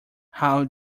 how